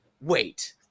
wait